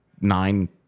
nine